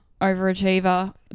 overachiever